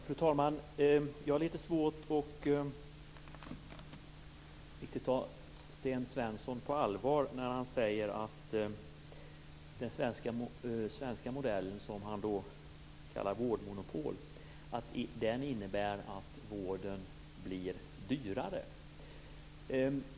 Fru talman! Jag har litet svårt att riktigt ta Sten Svensson på allvar när han säger att den svenska modellen, det som han kallar vårdmonopol, innebär att vården blir dyrare.